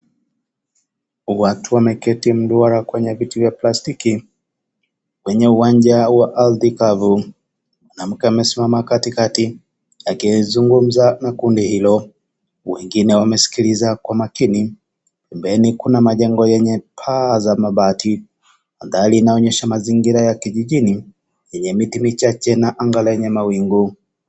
Watu wameketi mduara kwenye viti vya plastiki. Kwenye uwanja wa ardhi kavu. Mwanamke amesimama katikati akizungumza na kundi hilo. Wengine wamesikiliza kwa makini. Pembeni kuna majengo yenye paa za mabati. Mandhari inaonyesha mazingira ya kijijini yenye miti michache na anga lenye mawingu.